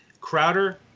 Crowder